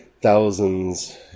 thousands